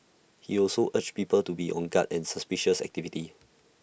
he also urged people to be on guard for suspicious activities